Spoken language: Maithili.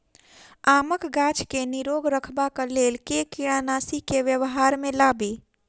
आमक गाछ केँ निरोग रखबाक लेल केँ कीड़ानासी केँ व्यवहार मे लाबी?